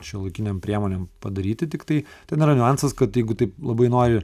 šiuolaikinėm priemonėm padaryti tiktai ten yra niuansas kad jeigu taip labai nori